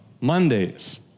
Mondays